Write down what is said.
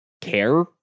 care